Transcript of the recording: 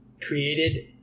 created